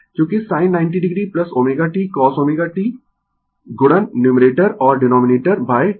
क्योंकि sin 90 oω t cosω t गुणन numerator और डीनोमिनेटर 2